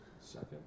Second